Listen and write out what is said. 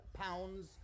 pounds